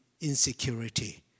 insecurity